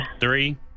Three